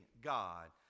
God